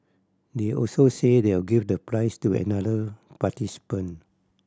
they also said they'll give the prize to another participant